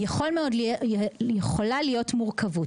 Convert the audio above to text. יכולה להיות מורכבות.